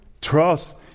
Trust